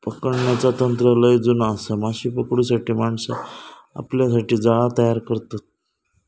पकडण्याचा तंत्र लय जुना आसा, माशे पकडूच्यासाठी माणसा आपल्यासाठी जाळा तयार करतत